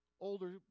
older